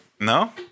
No